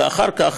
ואחר כך,